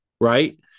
Right